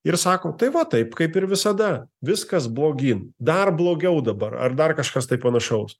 ir sako tai va taip kaip ir visada viskas blogyn dar blogiau dabar ar dar kažkas taip panašaus